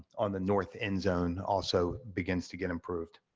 on the north end zone also begins to get improved.